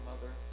mother